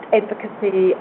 advocacy